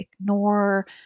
ignore